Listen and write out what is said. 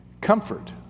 Comfort